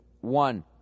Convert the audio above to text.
One